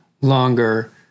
longer